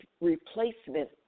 replacement